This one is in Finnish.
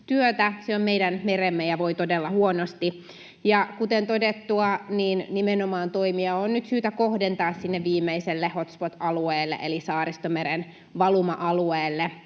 Se on meidän meremme ja voi todella huonosti. Ja kuten todettua, toimia on nyt syytä kohdentaa nimenomaan viimeiselle hotspot-alueelle eli Saaristomeren valuma-alueelle.